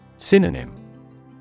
Synonym